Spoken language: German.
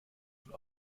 von